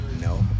no